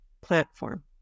platform